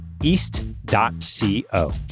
east.co